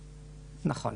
נכון.